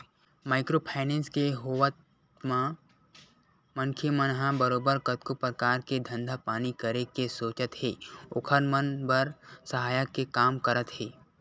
micro finance के होवत म मनखे मन ह बरोबर कतको परकार के धंधा पानी करे के सोचत हे ओखर मन बर सहायक के काम करत हे